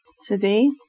Today